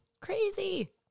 Crazy